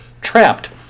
Trapped